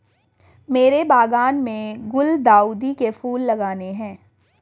मेरे बागान में गुलदाउदी के फूल लगाने हैं